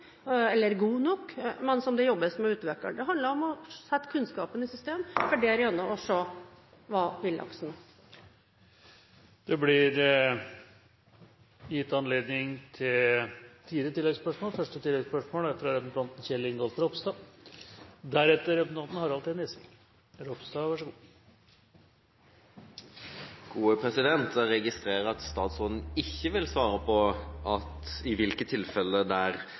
som det jobbes med å utvikle. Det handler om å sette kunnskapen i system, for derigjennom å se hva villaksen tåler. Det blir gitt anledning til fire oppfølgingsspørsmål – først fra representanten Kjell Ingolf Ropstad. Jeg registrerer at statsråden ikke vil svare på i hvilke tilfeller oppdrettsanleggene og oppdrettsnæringen skal ha forrang framfor villaksen. Men det er vel ikke vits i å bruke tid på